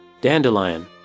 Dandelion